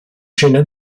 scena